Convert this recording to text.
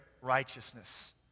righteousness